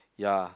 ya